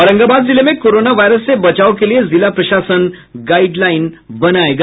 औरंगाबाद जिले में corona virus से बचाव के लिये जिला प्रशासन गाईड लाईन बनायेगा